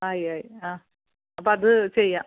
ആയി ആയി ആ അപ്പോൾ അത് ചെയ്യാം